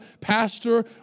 pastor